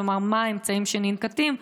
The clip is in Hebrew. כלומר, מה האמצעים שננקטים?